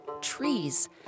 trees